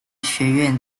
学院